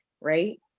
Right